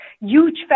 huge